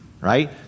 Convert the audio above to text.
right